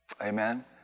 Amen